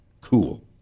cool